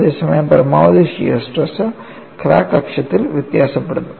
അതേസമയം പരമാവധി shear stress crack അക്ഷത്തിൽ വ്യത്യാസപ്പെടുന്നു